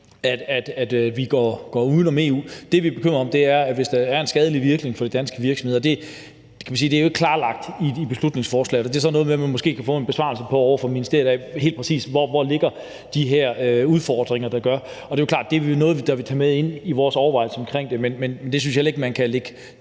at vi går uden om EU. Det, vi er bekymrede over, er, om der er en skadelig virkning for de danske virksomheder. Det er jo ikke klarlagt i beslutningsforslaget. Det er sådan noget med – og det kan man måske få en besvarelse fra ministeriet om – hvor de her udfordringer helt præcis ligger. Det er klart, at det er noget, vi vil tage med ind i vores overvejelser om det. Men jeg synes ikke det skal lægges